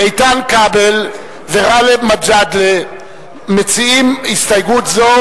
איתן כבל וגאלב מג'אדלה מציעים הסתייגות זו,